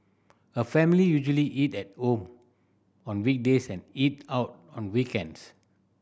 her family usually eat at home on weekdays and eat out on weekends